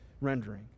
rendering